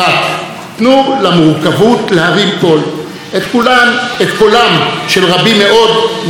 את קולם של רבים מאוד מאזרחי ואזרחיות ישראל.